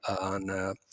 on